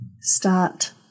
start